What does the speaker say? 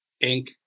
ink